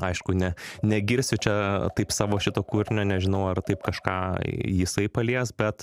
aišku ne negirsiu čia taip savo šito kūrinio nežinau ar taip kažką jisai palies bet